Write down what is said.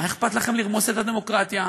מה אכפת לכם לרמוס את הדמוקרטיה?